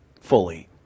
fully